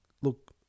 look